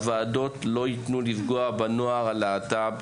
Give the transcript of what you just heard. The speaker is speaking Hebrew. הוועדות לא יתנו לפגוע בנוער הלהט"ב,